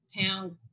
town